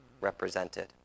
represented